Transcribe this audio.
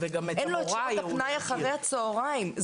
אין לו את שעות הפנאי אחר הצוהריים,